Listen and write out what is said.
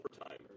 overtime